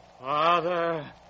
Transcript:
Father